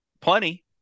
plenty